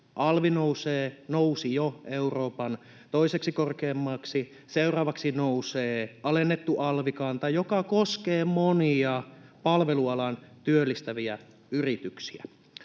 Alvi nousi jo Euroopan toiseksi korkeimmaksi, seuraavaksi nousee alennettu alvikanta, joka koskee monia palvelualan työllistäviä yrityksiä.